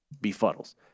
befuddles